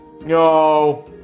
No